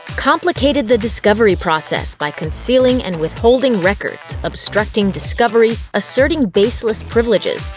complicated the discovery process by concealing and withholding records, obstructing discovery, asserting baseless privileges,